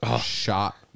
shot